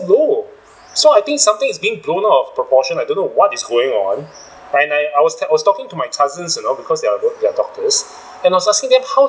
low so I think something is being blown out of proportion I don't know what is going on when I I was I was talking to my cousins you know because their work they are doctors and I was asking them how